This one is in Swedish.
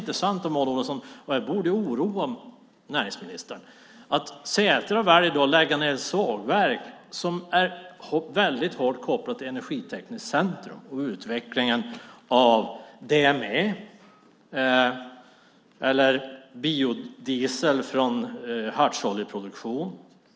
Det borde då oroa näringsministern att Setra lägger ned ett sågverk som är väldigt hårt kopplat till Energitekniskt Centrum och utveckling av DME eller biodiesel från hartsoljeproduktion.